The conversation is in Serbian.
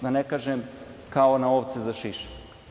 Da ne kažem kao na ovce za šišanje.